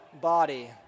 body